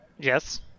Yes